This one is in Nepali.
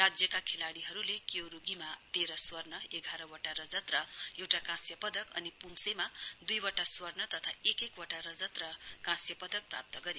राज्यका खेलाड़ीहरुले क्योरुगीमा तेह्र स्वर्ण एघार वटा रजत र एउटा काँस्य पदक अनि पुम्सेमा दुईवटा स्वर्ण तथा एक एक वटा रजत र काँस्य पदक प्राप्त गरे